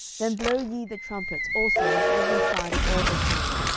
then blow ye the trumpets also on every side of all the camp,